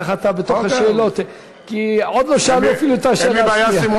אין בעיה.